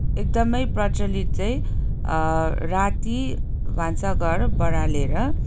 एकदमै प्रचलित चाहिँ राति भान्साघर बढालेर